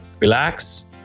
Relax